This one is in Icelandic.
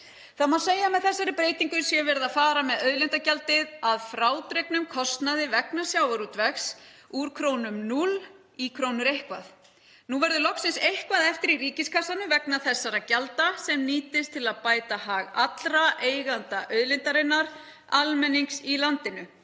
Það má segja að með þessari breytingu sé verið að fara með auðlindagjaldið, að frádregnum kostnaði vegna sjávarútvegs, úr krónum 0 í krónur eitthvað. Nú verður loksins eitthvað eftir í ríkiskassanum vegna þessara gjalda sem nýtist til að bæta hag allra eigenda auðlindarinnar, almennings í landinu.